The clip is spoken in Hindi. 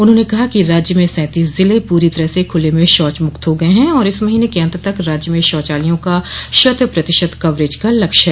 उन्होंने कहा कि राज्य में सैंतीस जिले पूरी तरह से खुले में शौच मुक्त हो गये हैं और इस महीने के अन्त तक राज्य में शौचालयों का शत प्रतिशत कवरेज का लक्ष्य है